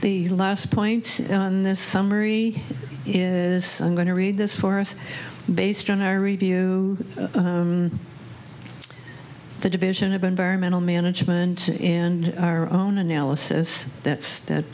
the last point in this summary is i'm going to read this for us based on our review the division of environmental management in our own analysis that stat